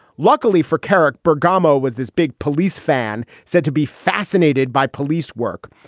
luckily for kerik, bergamo was this big police fan, said to be fascinated by police work.